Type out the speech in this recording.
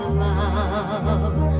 love